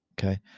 Okay